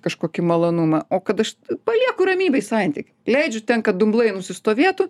kažkokį malonumą o kad aš palieku ramybėj santykį leidžiu ten kad dumblai nusistovėtų